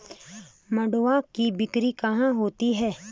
मंडुआ की बिक्री कहाँ होती है?